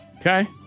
Okay